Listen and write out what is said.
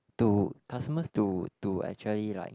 to customers to to actually like